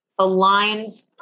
aligns